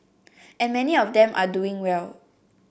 and many of them are doing well